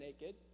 naked